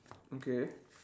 okay